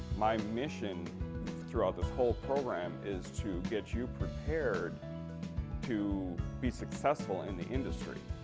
my mission throughout this whole program is to get you prepared to be successful in the industry